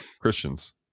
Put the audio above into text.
Christians